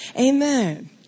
Amen